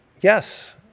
yes